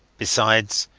besides,